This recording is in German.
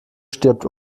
stirbt